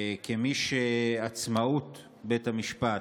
כמי שעצמאות בית המשפט,